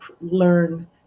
learn